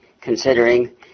considering